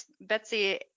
Betsy